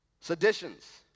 Seditions